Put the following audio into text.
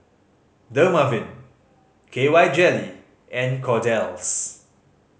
Dermaveen K Y Jelly and Kordel's